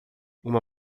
uma